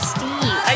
Steve